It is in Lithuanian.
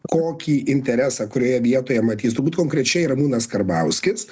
kokį interesą kurioje vietoje matys turbūt konkrečiai ramūnas karbauskis